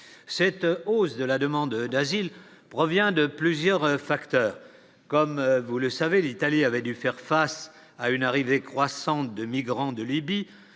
cette hausse de la demande d'asile provient de plusieurs facteurs, comme vous le savez, l'Italie avait dû faire face à une arrivée croissante de migrants de Libye